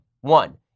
One